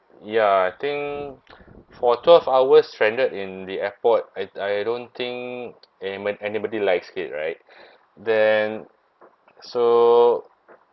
ya I think for twelve hours stranded in the airport I I don't think anybod~ anybody likes it right then so